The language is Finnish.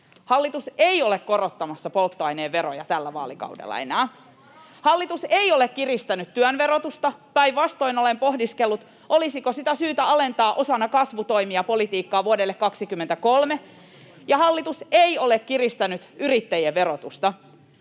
Hallitus ei ole korottamassa polttoaineen veroja tällä vaalikaudella enää. [Oikealta: Eikä laskemassa!] Hallitus ei ole kiristänyt työn verotusta — päinvastoin olen pohdiskellut, olisiko sitä syytä alentaa osana kasvutoimia, ‑politiikkaa vuodelle 23. [Oikealta: Tuumasta toimeen!] Hallitus ei ole kiristänyt yrittäjien verotusta.